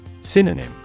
Synonym